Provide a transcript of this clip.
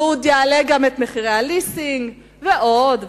והוא עוד יעלה גם את מחירי הליסינג, ועוד ועוד.